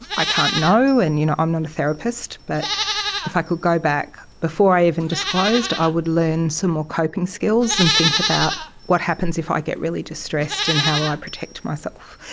i can't know and you know i'm not a therapist but if i could go back, before i even disclosed i would learn some more coping skills and think about what happens if i get really distressed and how i protect myself.